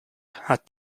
hat